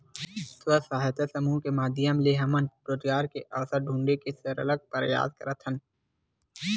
स्व सहायता समूह के माधियम ले हमन रोजगार के अवसर ढूंढे के सरलग परयास करत हन